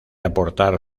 aportar